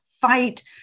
fight